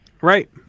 right